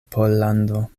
pollando